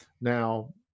now